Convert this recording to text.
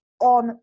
on